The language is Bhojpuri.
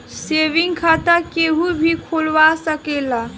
सेविंग खाता केहू भी खोलवा सकेला